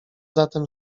zatem